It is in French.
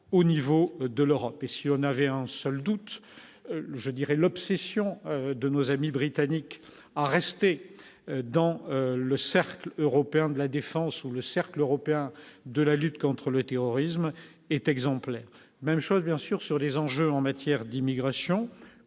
au niveau de l'Europe et si on avait un seul doute je dirais l'obsession de nos amis britanniques à rester dans le cercle européen de la défense ou le cercle européen de la lutte contre le terrorisme est exemplaire, même chose bien sûr sur les enjeux en matière d'immigration,